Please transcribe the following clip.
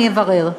אני אברר.